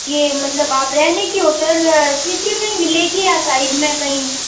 यह मतलब आप रहने की होटल सिटी में ही मिलेंगी या साइड में कहीं